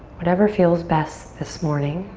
whatever feels best this morning,